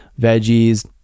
veggies